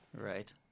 Right